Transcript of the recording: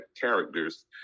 characters